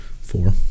Four